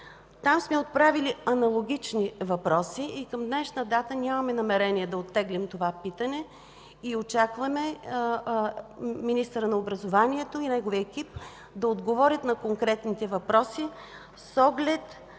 Там сме отправили аналогични въпроси и към днешна дата нямаме намерение да оттеглим това питане. Очакваме министърът на образованието и неговият екип да отговорят на работните въпроси с оглед